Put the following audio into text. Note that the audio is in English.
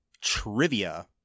trivia